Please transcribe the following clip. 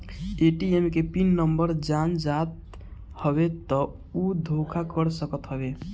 ATM के PIN number जान जात हवे तब उ धोखा कर सकत हवे